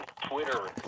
Twitter